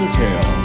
tell